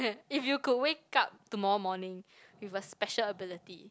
if you could wake up tomorrow morning with a special ability